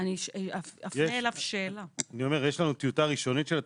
יש לנו טיוטה ראשונית של התקנות,